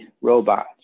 robot